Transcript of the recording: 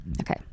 Okay